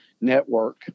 network